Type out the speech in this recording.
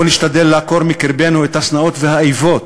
בואו נשתדל לעקור מקרבנו את השנאות והאיבות,